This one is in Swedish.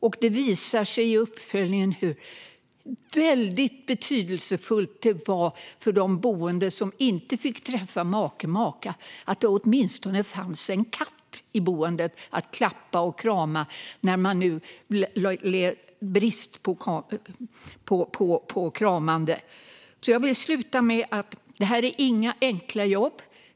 Det har visat sig i uppföljningen hur betydelsefullt det var för de boende som inte fick träffa make eller maka att det åtminstone fanns en katt i boendet att klappa och krama när de led brist på kramar. Jag vill avsluta med att säga att det här inte är några enkla jobb.